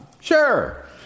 Sure